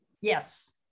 yes